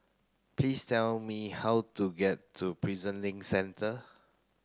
please tell me how to get to Prison Link Centre